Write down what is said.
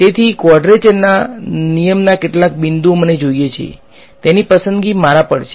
તેથી ક્વાડ્રેચરના નિયમના કેટલા બિંદુઓ મને જોઈએ છે તેની પસંદગી મારા પર છે